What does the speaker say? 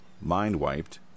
mind-wiped